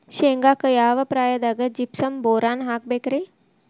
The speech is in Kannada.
ಶೇಂಗಾಕ್ಕ ಯಾವ ಪ್ರಾಯದಾಗ ಜಿಪ್ಸಂ ಬೋರಾನ್ ಹಾಕಬೇಕ ರಿ?